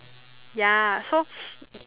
ya so